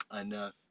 enough